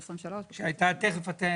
בשעתו חילקנו את זה לשתי קבוצות.